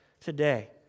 today